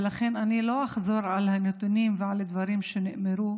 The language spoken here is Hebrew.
ולכן אני לא אחזור על הנתונים ועל הדברים שנאמרו,